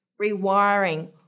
rewiring